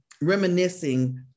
reminiscing